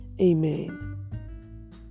amen